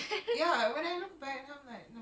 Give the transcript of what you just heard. oh my god ya